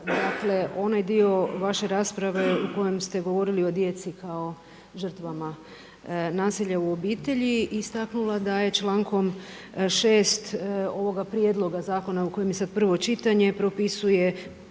dakle onaj dio vaše rasprave u kojem ste govorili o djeci kao žrtvama nasilja u obitelji i istaknula da je člankom 6. ovoga prijedloga zakona o kojem je sad prvo čitanje propisuje